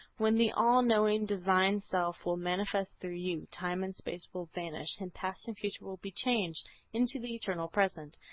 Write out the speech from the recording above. when the all-knowing divine self will manifest through you, time and space will vanish and past and future will be changed into the eternal present.